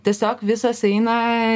tiesiog visas eina